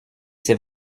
sait